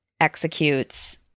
executes